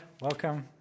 welcome